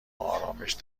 آرامش